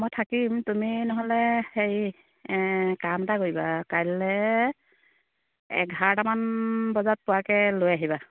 মই থাকিম তুমি নহ'লে হেৰি কাম এটা কৰিবা কাইলৈ এঘাৰটামান বজাত পোৱাকৈ লৈ আহিবা